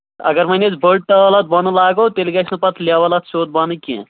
اَگر وۄنۍ أسۍ بٔڑ ٹٲل اَتھ بۄنہٕ لاگو تیٚلہِ گژھِ نہٕ پَتہٕ لیوَل اَتھ سیوٚد بۄنہٕ کیٚنہہ